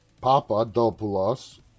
Papadopoulos